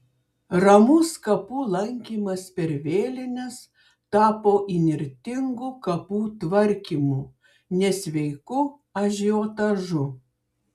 ramus kapų lankymas per vėlines tapo įnirtingu kapų tvarkymu nesveiku ažiotažu